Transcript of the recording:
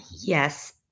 Yes